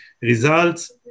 results